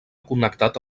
connectat